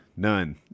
None